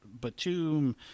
Batum